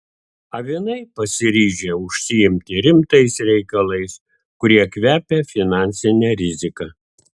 avinai pasiryžę užsiimti rimtais reikalais kurie kvepia finansine rizika